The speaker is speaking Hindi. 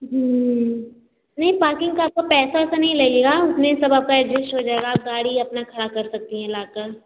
नहीं पार्किंग का तो आपका पैसा वैसा नहीं लगेगा उसमें सब आपका एड्जेस्ट हो जाएगा आप गाड़ी अपना खड़ा कर सकती हैं लाकर